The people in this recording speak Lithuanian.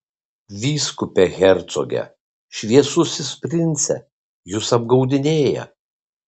vyskupe hercoge šviesusis prince jus apgaudinėja